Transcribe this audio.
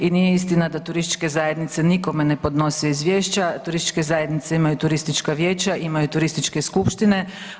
I nije istina da turističke zajednice nikome ne podnose izvješća, turističke zajednica imaju turistička vijeća, imaju turističke skupštine.